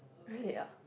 really ah